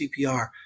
CPR